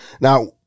Now